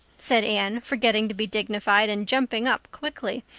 said anne forgetting to be dignified and jumping up quickly.